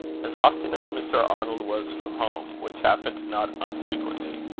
as often as mr. arnold was from home, which happened not unfrequently,